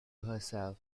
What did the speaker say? herself